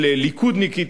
ציינת,